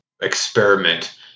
experiment